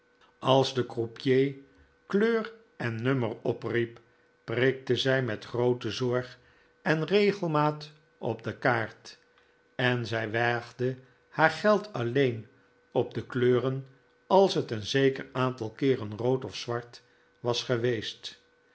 als de croupier kleur en nummer opriep prikte zij met groote zorg en regelmaat op de kaart en zij waagde haar geld alleen op de kleuren als het een zeker aantal keeren rood of zwart was geweest